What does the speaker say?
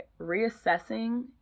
reassessing